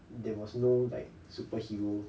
there was no like superhero